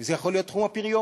וזה יכול להיות תחום הפריון,